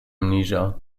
amnesia